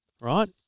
right